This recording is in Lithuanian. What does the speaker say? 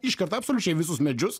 iškerta absoliučiai visus medžius